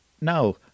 now